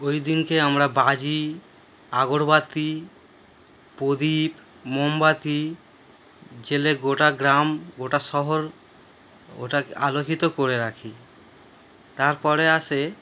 ওই দিনকে আমরা বাজি আগরবাতি প্রদীপ মোমবাতি জ্বেলে গোটা গ্রাম গোটা শহর ওটাকে আলোকিত করে রাখি তারপরে আসে